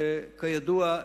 שכידוע,